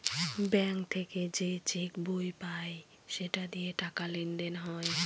bank থেকে যে cheque বই পায় সেটা দিয়ে টাকা লেনদেন হয়